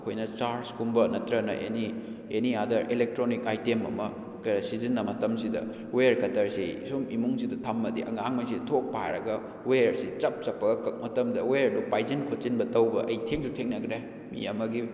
ꯑꯩꯈꯣꯏꯅ ꯆꯥꯔꯖ ꯀꯨꯝꯕ ꯅꯠꯇ꯭ꯔꯒꯅ any any other electronic item ꯑꯃ ꯁꯤꯖꯤꯟꯅ ꯃꯇꯝꯁꯤꯗ ꯋꯦꯌꯔ ꯀꯇꯔꯁꯤ ꯁꯨꯝ ꯏꯃꯨꯡꯁꯤꯗ ꯊꯝꯃꯗꯤ ꯑꯉꯥꯡ ꯃꯩꯁꯤ ꯊꯣꯛ ꯄꯥꯏꯔꯒ ꯋꯦꯌꯔꯁꯤ ꯆꯞ ꯆꯞꯄꯒ ꯀꯛ ꯃꯇꯝꯗ ꯋꯦꯌꯔꯗꯨ ꯄꯥꯏꯁꯤꯟ ꯈꯣꯠꯆꯤꯟꯕ ꯇꯧꯕ ꯑꯩ ꯊꯦꯡꯁꯨ ꯊꯦꯡꯅꯈ꯭ꯔꯦ ꯃꯤ ꯑꯃꯒꯤ